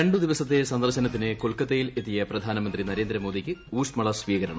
രണ്ട് ദിവസത്തെ സന്ദർശനത്തിന് കൊൽക്കത്തയിൽ എത്തിയ പ്രധാനമന്ത്രി നരേന്ദ്രമോദിക്ക് ഊഷ്മള സ്വീകരണം